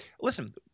listen